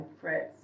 Fritz